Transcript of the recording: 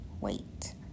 Wait